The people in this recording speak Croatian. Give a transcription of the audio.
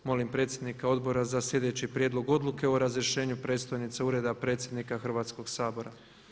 Molim predsjednika odbora za slijedeći prijedlog odluke o razrješenju predstojnice Ureda predsjednika Hrvatskog sabora.